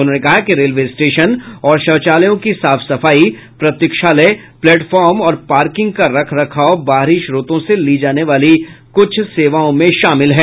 उन्होंने कहा कि रेलवे स्टेशन और शौचालयों की साफ सफाई प्रतीक्षालय प्लेटफार्म और पार्किंग का रख रखाव बाहरी स्रोतों से ली जाने वाली कुछ सेवाओं में शामिल है